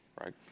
right